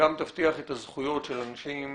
גם תבטיח את הזכויות של אנשים